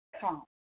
Come